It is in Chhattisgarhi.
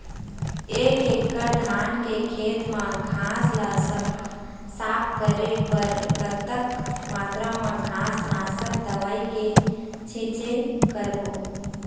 एक एकड़ धान के खेत मा घास ला साफ करे बर कतक मात्रा मा घास नासक दवई के छींचे करबो?